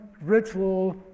ritual